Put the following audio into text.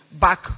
back